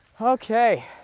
Okay